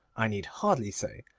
i need hardly say,